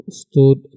stood